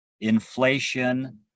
inflation